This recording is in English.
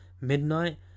Midnight